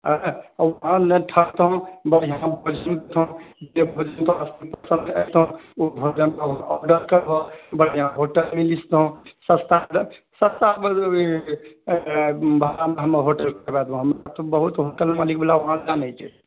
सस्तामे भाड़ामे हम होटल कराए देबऽ हमरा तऽ बहुत होटल मालिक बला वहांँ जानए छै